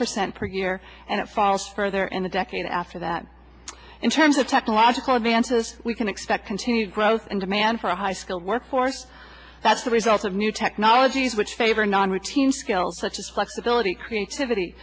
percent per year and it falls further in the decade after that in terms of technological advances we can expect continued growth and demand for a high skilled workforce that's the result of new technologies which favor non routine skills such as flexibility creativity